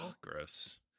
gross